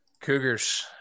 Cougars